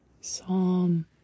Psalm